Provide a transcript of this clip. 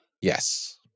Yes